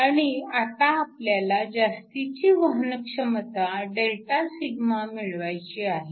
आणि आता आपल्याला जास्तीची वहनक्षमता Δσ मिळवायची आहे